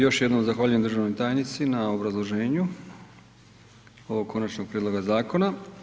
Još jednom zahvaljujem državnoj tajnici na obrazloženju ovog konačnog prijedloga zakona.